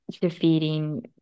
defeating